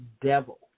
devil